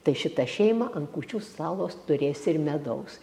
tai šita šeima ant kūčių stalo turės ir medaus